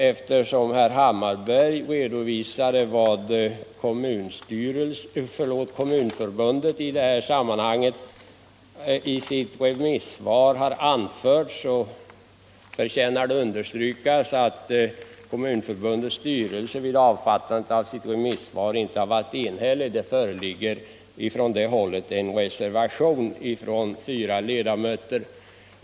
Eftersom herr Hammarberg redovisade vad Kommunförbundet i detta avseende har anfört i sitt remissvar, förtjänar det understrykas att Kommunförbundets styrelse vid avfattandet av sitt remissvar inte var enig. Det föreligger en reservation från fyra ledamöter.